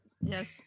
yes